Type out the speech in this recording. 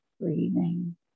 Breathing